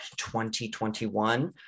2021